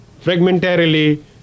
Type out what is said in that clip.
fragmentarily